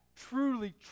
truly